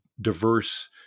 diverse